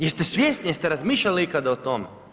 Jel ste svjesni, jeste razmišljali ikada o tome?